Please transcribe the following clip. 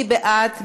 מי בעד?